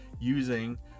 using